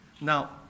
Now